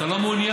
אתה לא מעוניין.